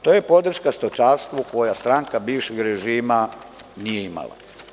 To je podrška stočarstvu koju stranka bivšeg režima nije imala.